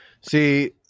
see